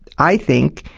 i think,